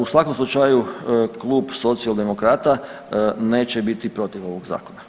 U svakom slučaju klub Socijaldemokrata neće biti protiv ovog zakona.